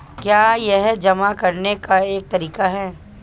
क्या यह जमा करने का एक तरीका है?